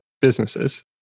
businesses